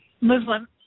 Muslim